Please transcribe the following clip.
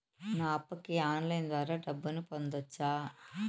నా అప్పుకి ఆన్లైన్ ద్వారా డబ్బును పంపొచ్చా